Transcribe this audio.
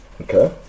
Okay